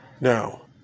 Now